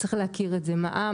צריך להכיר את זה מע"מ,